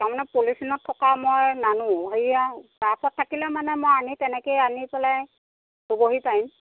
তাৰমানে পলিথিনত থকা মই নানো সেয়া টাবত থাকিলে মানে মই আনি তেনেকৈয়েআনি পেলাই থ'বহি পাৰিম